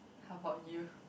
how about you